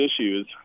issues